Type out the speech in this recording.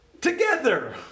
together